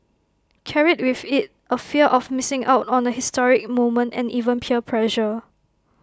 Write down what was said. carried with IT A fear of missing out on A historic moment and even peer pressure